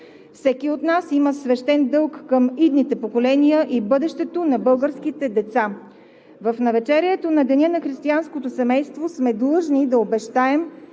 Всеки от нас има свещен дълг към идните поколения и бъдещето на българските деца. В навечерието на Деня на християнското семейство сме длъжни да обещаем,